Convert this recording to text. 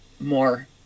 more